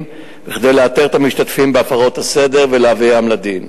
כדי לאתר את המשתתפים בהפרות הסדר ולהביאם לדין.